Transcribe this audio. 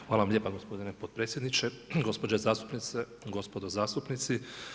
Hvala vam lijepa gospodine potpredsjedniče, gospođe zastupnice, gospodo zastupnici.